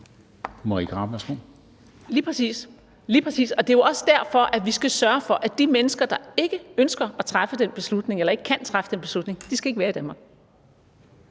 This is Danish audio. Lige præcis, lige præcis! Det er jo også derfor, at vi skal sørge for, at de mennesker, der ikke ønsker at træffe den beslutning eller ikke kan træffe den beslutning, ikke skal være i Danmark.